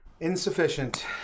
Insufficient